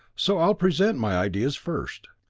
so i'll present my ideas first.